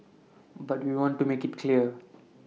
but we want to make IT clear